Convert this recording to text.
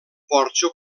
porxo